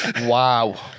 Wow